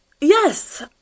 yes